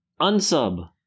unsub